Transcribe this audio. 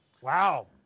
Wow